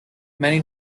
many